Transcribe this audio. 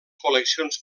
col·leccions